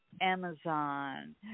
Amazon